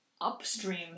upstream